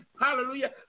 hallelujah